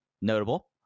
notable